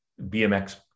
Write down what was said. BMX